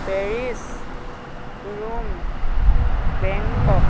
Paris Rome Bangkok